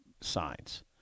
signs